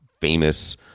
famous